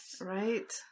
Right